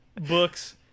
Books